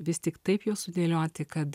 vis tik taip juos sudėlioti kad